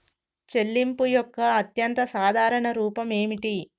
చెల్లింపు యొక్క అత్యంత సాధారణ రూపం ఏమిటి?